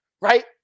right